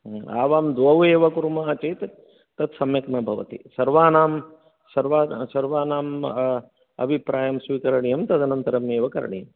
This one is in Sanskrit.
आवां द्वौ एव कुर्मः चेत् तत् सम्यक् न भवति सर्वानां सर्वा सर्वानाम् अभिप्रायं स्वीकरणीयं तदनन्तरमेव करणीयम्